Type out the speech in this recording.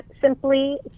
Simply